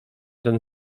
ten